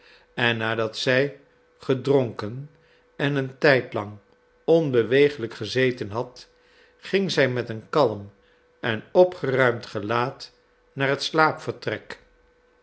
en nadat zij gedronken en een tijdlang onbewegelijk gezeten had ging zij met een kalm en opgeruimd gelaat naar het